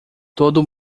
todo